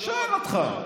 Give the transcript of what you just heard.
שואל אותך.